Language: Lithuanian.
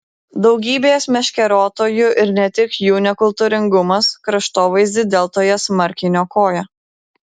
daugybės meškeriotojų ir ne tik jų nekultūringumas kraštovaizdį deltoje smarkiai niokoja